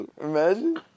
Imagine